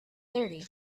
thirty